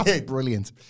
brilliant